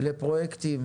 לפרויקטים